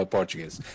Portuguese